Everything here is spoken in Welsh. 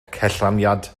cellraniad